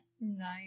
nice